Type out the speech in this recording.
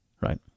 right